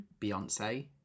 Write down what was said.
Beyonce